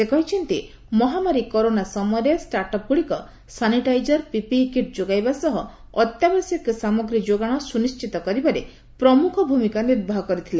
ସେ କହିଛନ୍ତି ମହାମାରୀ କରୋନା ସମୟରେ ଷ୍ଟାର୍ଟ୍ଅପ୍ ଗୁଡ଼ିକ ସାନିଟାଇଜର ପିପିଇକିଟ୍ ଯୋଗାଇବା ସହ ଅତ୍ୟାବଶ୍ୟକ ସାମଗ୍ରୀ ଯୋଗାଣ ସୁନିଶ୍ଚିତ କରିବାରେ ପ୍ରମୁଖ ଭୂମିକା ନିର୍ବାହ କରିଥିଲେ